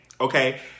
Okay